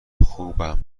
خوبم